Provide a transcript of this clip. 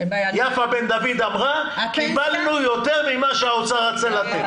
יפה בן דוד אמרה שהיא קיבלה יותר ממה שהאוצר רצה לתת.